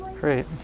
Great